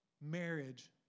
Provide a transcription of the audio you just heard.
marriage